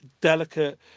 delicate